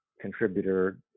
contributor